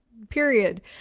period